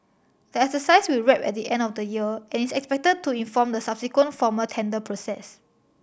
the exercise will wrap at the end of the year and is expected to inform the subsequent formal tender process